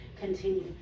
continue